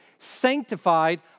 sanctified